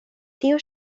tio